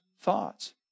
thoughts